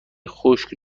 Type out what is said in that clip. خشک